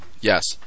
Yes